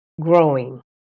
growing